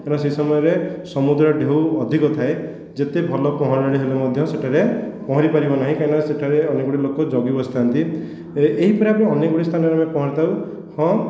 ପ୍ରାୟ ସେହି ସମୟରେ ସମୁଦ୍ର ଢେଉ ଅଧିକ ଥାଏ ଯେତେ ଭଲ ପହଁରାଳି ହେଲେ ମଧ୍ୟ ସେଠାରେ ପହଁରିପାରିବ ନାହିଁ କାହିଁ ନା ସେଠାରେ ଅନେକ ଲୋକ ଜଗି ବସିଥାନ୍ତି ଏ ଏହିପରି ଭାବରେ ଅନେକ ଗୁଡ଼ିଏ ସ୍ଥାନରେ ଆମେ ପହଁରିଥାଉ ହଁ